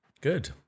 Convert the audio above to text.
Good